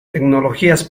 tecnologías